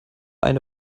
eine